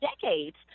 decades